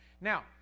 Now